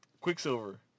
Quicksilver